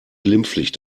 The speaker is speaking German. glimpflich